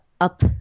up